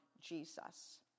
Jesus